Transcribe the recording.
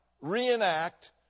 reenact